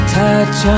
touch